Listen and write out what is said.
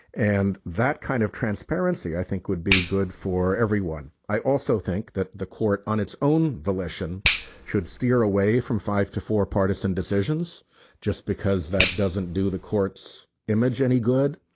and that kind of transparency i think would be good for everyone. i also think that the court on its own volition should steer away from five to four partisan decisions just because that doesn't do the court's image any good.